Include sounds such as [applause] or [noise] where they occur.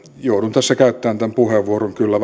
joudun tässä käyttämään tämän puheenvuoron kyllä [unintelligible]